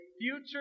future